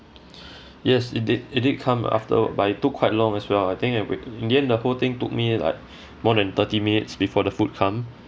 yes it did it did come after but it took quite long as well I think wait in the end the whole thing took me like more than thirty minutes before the food come